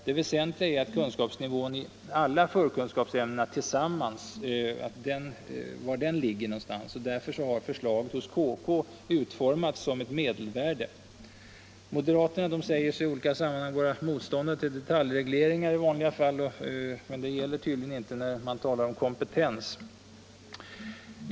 Det väsentliga är var kunskapsnivån i alla förkunskapsämnena tillsammans ligger, och därför har förslaget hos KK utformats som ett medelvärde. Moderaterna säger sig i vanliga fall vara motståndare till detaljregleringar, men det gäller tydligen inte när det är fråga om kompetens.